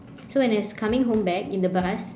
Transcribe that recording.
so when as coming home back in the bus